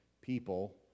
people